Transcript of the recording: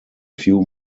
few